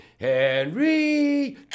Henry